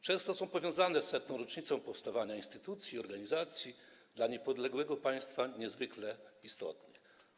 Często są powiązane z 100. rocznicą powstania instytucji i organizacji dla niepodległego państwa niezwykle istotnych.